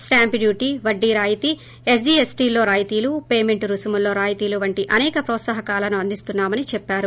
stamp duty వడ్డీ రాయితీ ఎస్జీ ఎస్టీల్లో రాయితీలు పేటెంట్ రుసుముల్లో రాయితీలు వంటి అనేక ప్రోత్సాహకాలను అందిస్తున్నా మని చెప్పారు